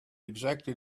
exactly